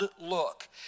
look